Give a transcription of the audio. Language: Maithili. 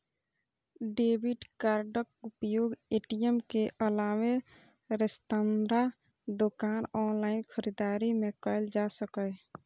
डेबिट कार्डक उपयोग ए.टी.एम के अलावे रेस्तरां, दोकान, ऑनलाइन खरीदारी मे कैल जा सकैए